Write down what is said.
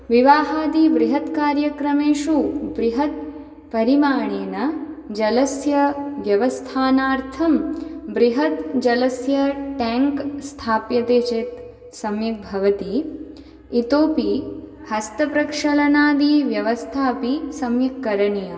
विवाहादि बृहत्कार्यक्रमेषु बृहत्परिमाणेन जलस्य व्यवस्थानार्थं बृहत्जलस्य टेङ्क् स्थाप्यते चेत् सम्यक् भवति इतोऽपि हस्तप्रक्षलनादि व्यवस्था अपि सम्यक् करणीया